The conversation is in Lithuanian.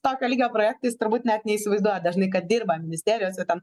tokio lygio projektais turbūt net neįsivaizduoja dažnai kad dirba ministerijose ten